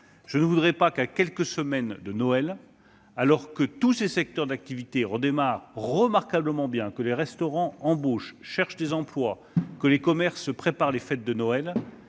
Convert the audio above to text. Je ne voudrais pas qu'à quelques semaines de Noël, alors que tous ces secteurs d'activité redémarrent remarquablement bien, que les restaurants embauchent et cherchent des employés, que les commerces préparent les fêtes de Noël,